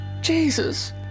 Jesus